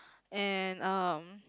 and um